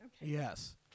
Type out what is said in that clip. yes